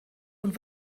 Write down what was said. und